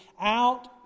out